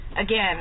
again